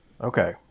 Okay